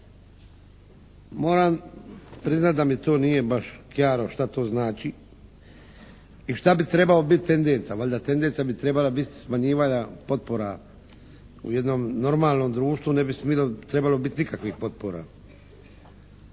Moram priznati da mi to nije baš kijaro što to znači i što bi trebao biti tendenca. Valjda tendenca bi trebala biti smanjivanje potpora u jednom normalnom društvu ne bi trebalo biti nikakvih potpora.